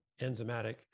enzymatic